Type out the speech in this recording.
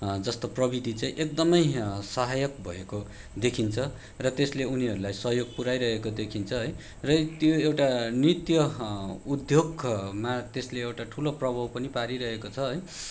जस्तो प्रबिधि चाहिँ एकदमै सहायक भएको देखिन्छ र त्यसले उनीहरूलाई सहयोग पुऱ्याइरहेको देखिन्छ है र त्यो एउटा नृत्य उद्योगमा त्यसले एउटा ठुलो प्रभाव पनि पारिरहेको छ है